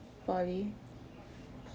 poly